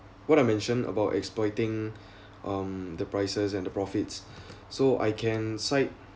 what I mention about exploiting um the prices and the profits so I can sight